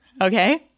Okay